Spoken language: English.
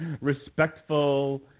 respectful